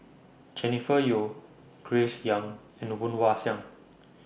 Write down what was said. Jennifer Yeo Grace Young and Woon Wah Siang